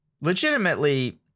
legitimately